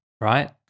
right